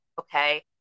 Okay